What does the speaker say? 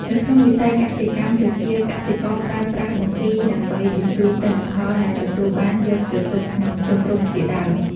នៅក្នុងវិស័យកសិកម្មប្រជាកសិករប្រើប្រាស់បង្គីដើម្បី ជញ្ចូនទិន្នផលដែលទទួលបានយកទៅទុកក្នុងជង្រុកជាដើម។